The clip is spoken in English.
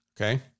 Okay